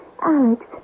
Alex